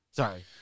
Sorry